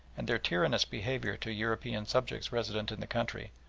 and their tyrannous behaviour to european subjects resident in the country,